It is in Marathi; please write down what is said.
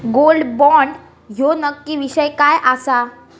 गोल्ड बॉण्ड ह्यो नक्की विषय काय आसा?